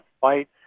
fight